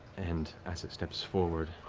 and as it steps forward,